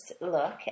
look